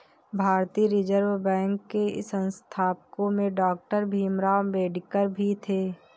भारतीय Reserve Bank के संस्थापकों में डॉक्टर भीमराव अंबेडकर भी थे